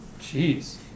Jeez